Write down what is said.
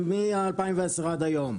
מ-2010 עד היום.